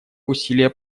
усилия